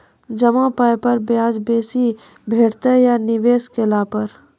जमा पाय पर ब्याज बेसी भेटतै या निवेश केला पर?